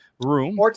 room